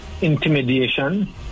intimidation